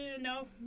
No